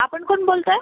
आपण कोण बोलत आहे